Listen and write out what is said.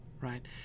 right